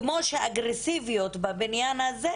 כמו שאגרסיביות בבניין הזה,